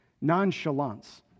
nonchalance